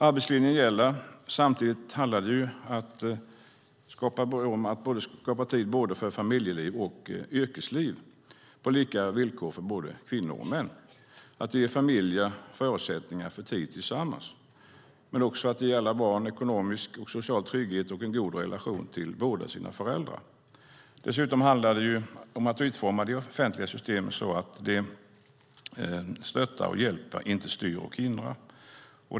Arbetslinjen gäller, och samtidigt handlar det om att skapa tid för familjeliv och yrkesliv på lika villkor för både kvinnor och män och att ge familjer förutsättningar för tid tillsammans. Det handlar också om att ge alla barn ekonomisk och social trygghet och en god relation till båda sina föräldrar. Dessutom handlar det om att utforma de offentliga systemen så att de stöttar och hjälper och inte styr och hindrar.